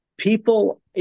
people